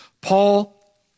Paul